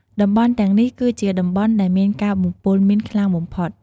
តំបន់ទាំងនេះគឺជាតំបន់ដែលមានការបំពុលមីនខ្លាំងបំផុត ។